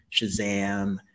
Shazam